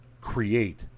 create